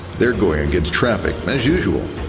they're going against traffic, as usual.